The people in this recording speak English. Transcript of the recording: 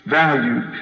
value